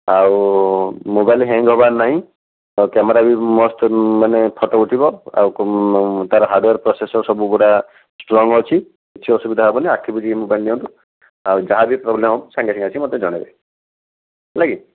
ଆଉ mobile hang ହେବାର ନାହିଁ ଆଉ କ୍ୟାମେରା ବି ମସ୍ତ ମାନେ ଫଟୋ ଉଠିବ ଆଉ ତାର ହାର୍ଡ଼ଓ୍ୱେର୍ ପ୍ରୋସେସର ସବୁ ଗୁଡ଼ା ଷ୍ଟ୍ରଙ୍ଗ୍ ଅଛି କିଛି ଅସୁବିଧା ହେବନି ଆଖି ବୁଜିକି ଏ ମୋବାଇଲ୍ ନିଅନ୍ତୁ ଆଉ ଯାହା ବି ପ୍ରୋବ୍ଲେମ୍ ହେବ ସାଙ୍ଗେସାଙ୍ଗେ ଆସି ମୋତେ ଜଣାଇବେ ହେଲାକି